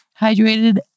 hydrated